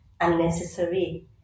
unnecessary